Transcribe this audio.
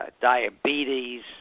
diabetes